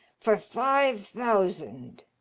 for five thousand.